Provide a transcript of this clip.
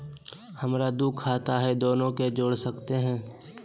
हमरा दू खाता हय, दोनो के जोड़ सकते है?